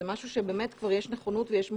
זה משהו שנראה לי שיש כבר נכונות ויש מוכנות.